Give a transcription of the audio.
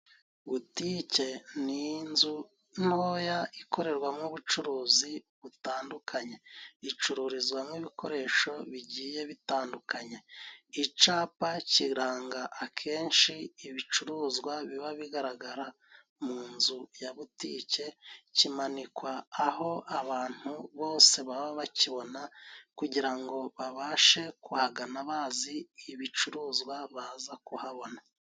Butike ni inzu ntoya ikorerwamo ubucuruzi butandukanye. Icururizwamo ibikoresho bigiye bitandukanye. Icapa kiranga akenshi ibicuruzwa biba bigaragara mu nzu ya butike, kimanikwa aho abantu bose baba bakibona kugira ngo babashe kuhagana bazi ibicuruzwa baza kuhabona.